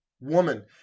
woman